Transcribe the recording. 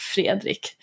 Fredrik